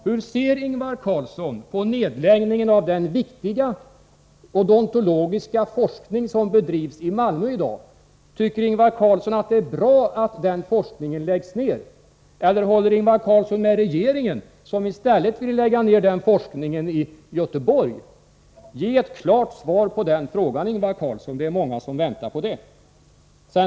Hur ser Ingvar Carlsson på nedläggningen av den viktiga odontologiska forskning som bedrivs i Malmö i dag? Tycker Ingvar Carlsson att det är bra att den forskningen läggs ned? Eller håller Ingvar Carlsson med regeringen, som i stället ville lägga ned den forskningen i Göteborg? Ge ett klart svar på den frågan, Ingvar Carlsson! Det är många som väntar på det.